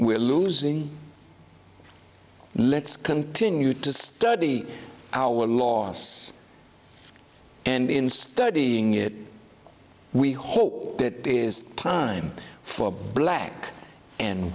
we're losing let's continue to study our loss and in studying it we hope that it is time for a black and